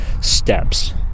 steps